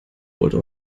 wollte